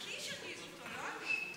קיש הרגיז אותו, לא אני.